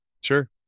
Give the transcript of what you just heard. sure